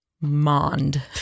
Mond